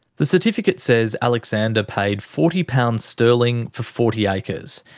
the certificate says alexander paid forty pounds sterling for forty acres.